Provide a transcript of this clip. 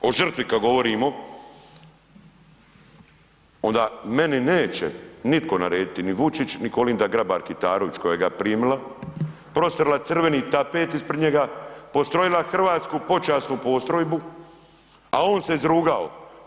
O žrtvi kada govorimo onda meni neće nitko narediti ni Vučić ni KOlinda Grabar Kitarović koja ga je primila, prostrla crveni tapet ispred njega, postrojila hrvatsku počasnu postrojbu, a on se izrugao.